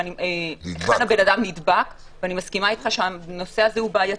ואני מסכימה אתך שהנושא הזה הוא בעייתי,